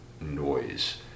noise